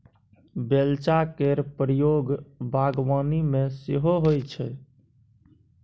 बेलचा केर प्रयोग बागबानी मे सेहो होइ छै